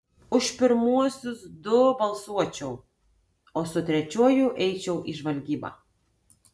už pirmuosius du balsuočiau o su trečiuoju eičiau į žvalgybą